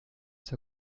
zur